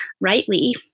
rightly